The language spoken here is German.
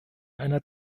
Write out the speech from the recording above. einer